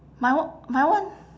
my one my one